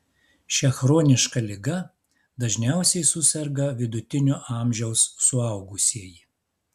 šia chroniška liga dažniausiai suserga vidutinio amžiaus suaugusieji